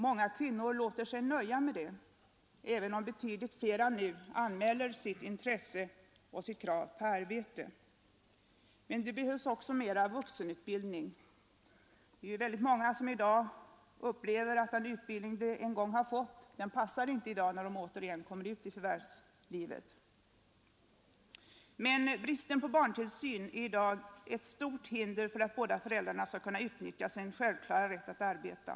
Många kvinnor låter sig nöja med detta förhållande, även om betydligt fler nu anmäler sitt intresse och framför krav på arbete. Men det behövs också mer vuxenutbildning. Många upplever i dag att den utbildning de en gång har fått inte passar när de åter kommer ut i förvärvslivet. Bristen på barntillsyn är i dag ett stort hinder för att båda föräldrarna skall kunna utnyttja sin självklara rätt att arbeta.